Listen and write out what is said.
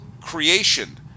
creation